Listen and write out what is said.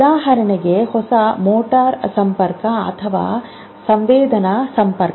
ಉದಾಹರಣೆಗೆ ಹೊಸ ಮೋಟಾರ್ ಸಂಪರ್ಕ ಅಥವಾ ಸಂವೇದನಾ ಸಂಪರ್ಕ